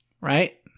right